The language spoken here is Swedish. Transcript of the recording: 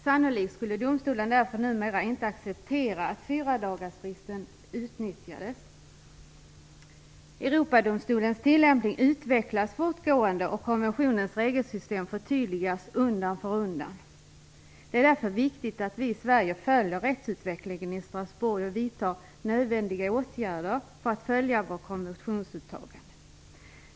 Sannolikt skulle domstolen därför numera inte acceptera att fyradagarsfristen utnyttjas. Europadomstolens tillämpning utvecklas fortgående, och konventionens regelsystem förtydligas undan för undan. Det är därför viktigt att vi i Sverige följer rättsutvecklingen i Strasbourg och vidtar nödvändiga åtgärder för att följa vårt konventionsåtagande.